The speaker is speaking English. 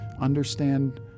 understand